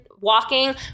walking